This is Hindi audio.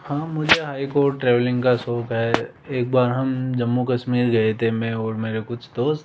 हाँ मुझे हाइक और ट्रेवलिंग का शौक है एक बार हम जम्मू कश्मीर गए थे मैं और मेरे कुछ दोस्त